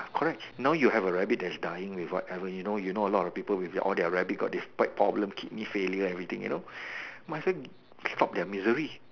correct now you have a rabbit that is dying with whatever you know you know a lot people with all their rabbit spine problem kidney failure everything you know might as well stop their misery